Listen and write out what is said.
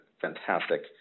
fantastic